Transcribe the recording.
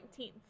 19th